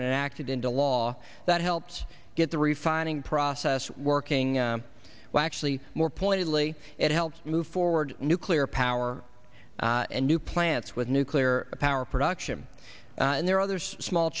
and acted into law that helps get the refining process working well actually more pointedly it helps move forward nuclear power and new plants with nuclear power production and there are other small